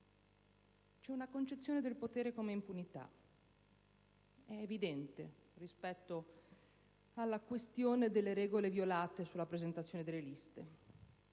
C'è una concezione del potere come impunità: è evidente rispetto alla questione delle regole violate sulla presentazione delle liste.